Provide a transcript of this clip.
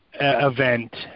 event